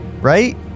right